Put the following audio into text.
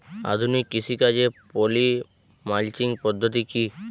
আধুনিক কৃষিকাজে poly mulching পদ্ধতি কি?